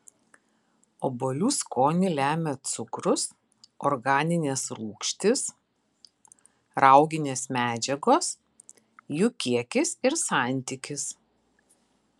obuolių skonį lemia cukrus organinės rūgštys rauginės medžiagos jų kiekis ir santykis